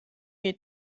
you